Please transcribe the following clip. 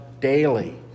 daily